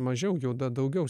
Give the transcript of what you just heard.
mažiau juda daugiau